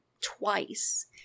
twice